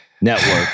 network